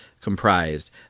comprised